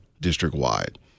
district-wide